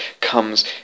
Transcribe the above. comes